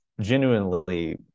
genuinely